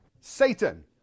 Satan